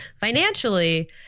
financially